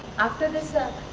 after this ah